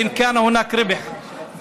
איזה רווח שיהיה מההימורים